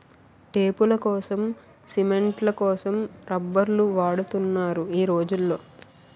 టేపులకోసం, సిమెంట్ల కోసం రబ్బర్లు వాడుతున్నారు ఈ రోజుల్లో